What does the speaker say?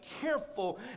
careful